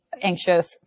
anxious